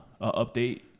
update